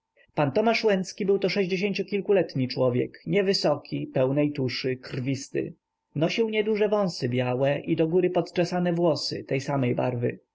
pan tomasz łęcki był to sześćdziesięciokilkoletni człowiek nie wysoki pełnej tuszy krwisty nosił nieduże wąsy białe i do góry podczesane włosy tej samej barwy